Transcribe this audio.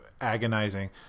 agonizing